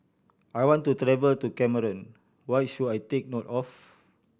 I want to travel to Cameroon what should I take note of